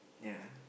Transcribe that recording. ya